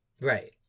Right